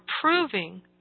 proving